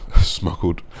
Smuggled